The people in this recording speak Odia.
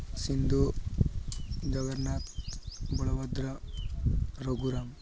ସିନ୍ଧୁ ଜଗନ୍ନାଥ ବଳଭଦ୍ର ରଘୁରାମ